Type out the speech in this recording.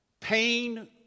pain